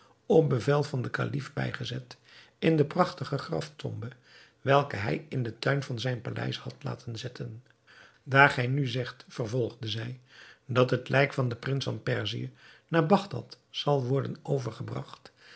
op bevel van den kalif bijgezet in de prachtige graftombe welke hij in den tuin van zijn paleis had laten zetten daar gij nu zegt vervolgde zij dat het lijk van den prins van perzië naar bagdad zal worden overgebragt